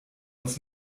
uns